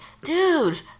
dude